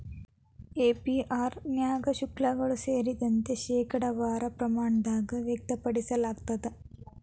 APR ನ್ಯಾಗ ಶುಲ್ಕಗಳು ಸೇರಿದಂತೆ, ಶೇಕಡಾವಾರ ಪ್ರಮಾಣದಾಗ್ ವ್ಯಕ್ತಪಡಿಸಲಾಗ್ತದ